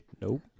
Nope